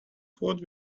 food